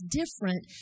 different